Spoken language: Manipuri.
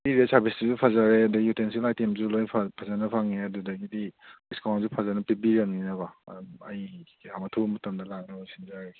ꯄꯤꯔꯤꯕ ꯁꯥꯔꯕꯤꯁꯁꯤꯁꯨ ꯐꯖꯔꯦ ꯑꯗꯒꯤ ꯌꯨꯇꯦꯟꯁꯤꯜ ꯑꯥꯏꯇꯦꯝꯁꯨ ꯂꯣꯏꯅ ꯐꯖꯅ ꯐꯪꯉꯦ ꯑꯗꯨꯗꯒꯤꯗꯤ ꯗꯤꯁꯀꯥꯎꯟꯁꯨ ꯐꯖꯅ ꯄꯤꯕꯤꯔꯕꯅꯤꯅꯀꯣ ꯑꯗꯨꯝ ꯑꯩ ꯌꯥꯝ ꯑꯊꯨꯕ ꯃꯇꯝꯗ ꯂꯥꯛꯅꯕ ꯁꯤꯟꯖꯔꯒꯦ